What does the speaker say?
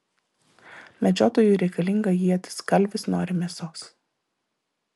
medžiotojui reikalinga ietis kalvis nori mėsos